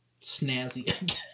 snazzy